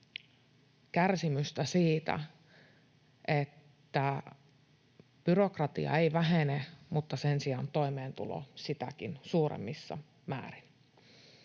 kärsimystä siitä, että byrokratia ei vähene, mutta sen sijaan toimeentulo sitäkin suuremmassa määrin.